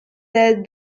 that